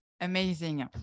amazing